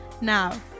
Now